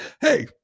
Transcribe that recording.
Hey